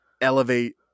elevate